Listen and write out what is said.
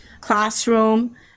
classroom